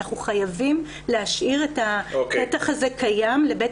אנחנו חייבים להשאיר את הפתח הזה קיים לבית